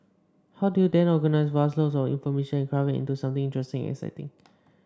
how do you then organise vast loads of information and craft it into something interesting and exciting